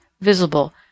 visible